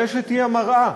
הרשת היא המראה.